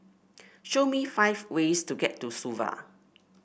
show me five ways to get to Suva